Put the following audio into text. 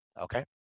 Okay